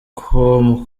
com